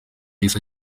yahise